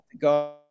God